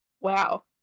Wow